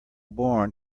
born